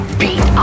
beat